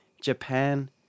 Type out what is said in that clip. Japan